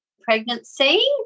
pregnancy